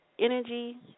energy